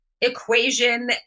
equation